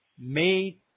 made